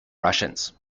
russians